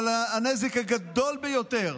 אבל הנזק הגדול ביותר,